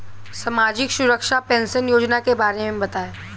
सामाजिक सुरक्षा पेंशन योजना के बारे में बताएँ?